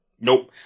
Nope